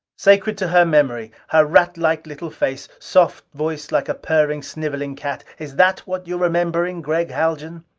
sacred to her memory! her ratlike little face, soft voice like a purring, sniveling cat! is that what you're remembering, gregg haljan?